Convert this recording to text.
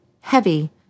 heavy